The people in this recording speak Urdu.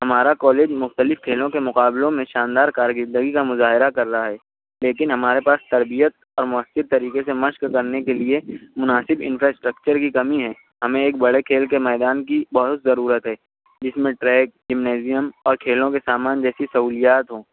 ہمارا کالج مختلف کھیلوں کے مقابلوں میں شاندار کارکردگی کا مظاہرہ کر رہا ہے لیکن ہمارے پاس تربیت اور مؤثر طریقے سے مشق کرنے کے لیے مناسب انفراسٹرکچر کی کمی ہے ہمیں ایک بڑے کھیل کے میدان کی بہت ضرورت ہے جس میں ٹریک جمنیزیم اور کھیلوں کے سامان جیسی سہولیات ہوں